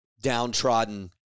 downtrodden